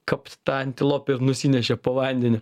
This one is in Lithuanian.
kapt tą antilopę ir nusinešė po vandeniu